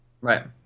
Right